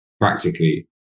practically